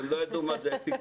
כי הם לא ידעו מה זה אפיקורסים,